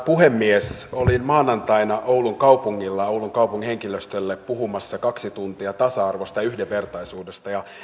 puhemies olin maanantaina oulun kaupungissa puhumassa oulun kaupungin henkilöstölle kaksi tuntia tasa arvosta ja yhdenvertaisuudesta